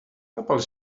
zapal